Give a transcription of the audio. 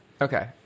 Okay